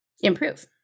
improve